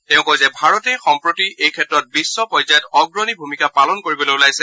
তেওঁ কয় যে ভাৰতে সম্প্ৰতি এই ক্ষেত্ৰত বিধ পৰ্য্যায়ত অগ্ৰণী ভূমিকা পালন কৰিবলৈ ওলাইছে